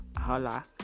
Hola